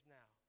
now